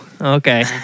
okay